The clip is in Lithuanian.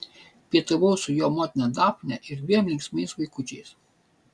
pietavau su jo motina dafne ir dviem linksmais vaikučiais